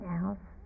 else